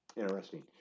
Interesting